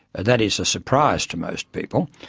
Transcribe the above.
that is a surprise to most people.